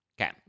Okay